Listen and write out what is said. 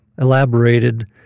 elaborated